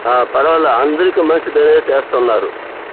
పర్వాలేదు అందరికి మంచిది చేస్తున్నారు